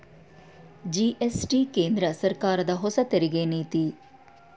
GST ಕೇಂದ್ರ ಸರ್ಕಾರದ ಹೊಸ ತೆರಿಗೆ ನೀತಿ